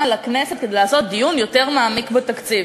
לכנסת כדי לעשות דיון יותר מעמיק בתקציב.